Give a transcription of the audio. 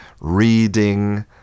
reading